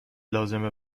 لازمه